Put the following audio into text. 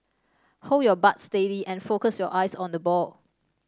hold your bat steady and focus your eyes on the ball